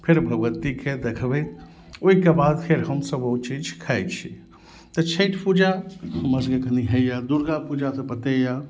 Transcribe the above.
फेर भगवतीके देखबैत ओहिके बाद फेर हमसब ओ चीज खाइ छी तऽ छठि पूजा हमर सबके कनि होइया दुर्गा पूजा तऽ बतैया